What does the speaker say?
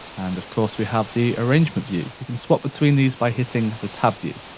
and, of course, we have the arrangement view. we can swap between these by hitting the tab view.